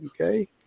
okay